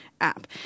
app